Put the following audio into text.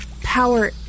power